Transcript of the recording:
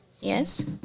yes